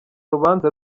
rubanza